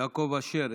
יעקב אשר,